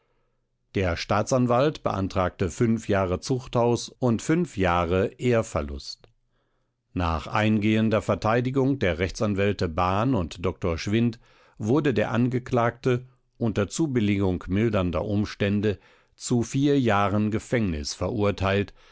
der staatsanwalt beantragte jahre zuchthaus und jahre ehrverlust nach eingehender verteidigung der rechtsanwälte bahn und dr schwindt wurde der angeklagte unter zubilligung mildernder umstände zu vier jahren gefängnis verurteilt